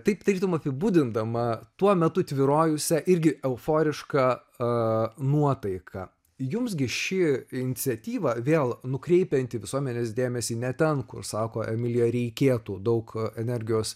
taip tarytum apibūdindama tuo metu tvyrojusią irgi euforišką nuotaiką jums gi ši iniciatyva vėl nukreipianti visuomenės dėmesį ne ten kur sako emilija reikėtų daug energijos